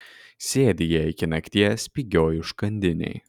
sėdi jie iki nakties pigioj užkandinėj